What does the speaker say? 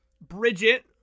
Bridget